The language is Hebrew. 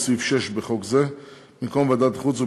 סעיף 17 לחוק שירות ביטחון,